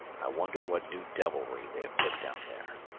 i wonder what new devilry they have put down there.